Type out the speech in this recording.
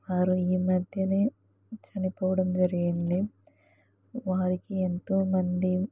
వారు ఈ మధ్యనే చనిపోవడం జరిగింది వారికి ఎంతోమంది